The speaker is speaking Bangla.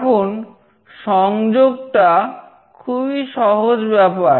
এখন সংযোগটা খুবই সহজ ব্যাপার